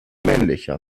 männlicher